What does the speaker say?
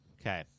Okay